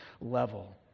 level